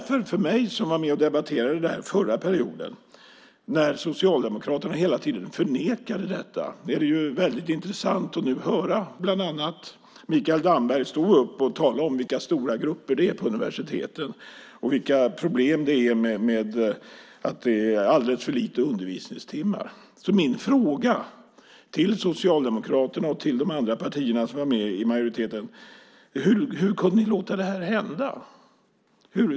För mig, som var med och debatterade detta förra perioden, när Socialdemokraterna hela tiden förnekade det är det intressant att nu höra bland andra Mikael Damberg stå upp och tala om vilka stora grupper det är på universiteten och vilka problem man har med att det är alltför lite undervisningstimmar. Min fråga till Socialdemokraterna och till de andra partierna som var med i majoriteten är: Hur kunde ni låta det här hända?